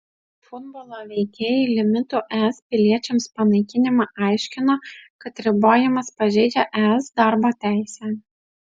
futbolo veikėjai limitų es piliečiams panaikinimą aiškino kad ribojimas pažeidžią es darbo teisę